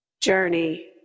journey